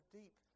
deep